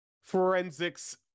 forensics